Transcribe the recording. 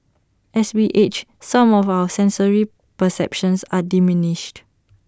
as we age some of our sensory perceptions are diminished